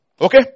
Okay